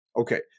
Okay